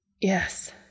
Yes